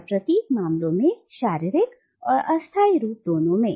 और प्रतीक मामलों में शारीरिक और अस्थाई दोनों रूपों में